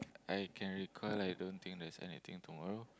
I can recall I don't think there's anything tomorrow